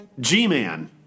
G-Man